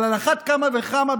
אבל על אחת כמה וכמה,